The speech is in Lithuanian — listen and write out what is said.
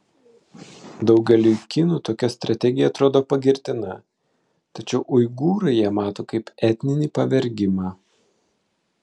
daugeliui kinų tokia strategija atrodo pagirtina tačiau uigūrai ją mato kaip etninį pavergimą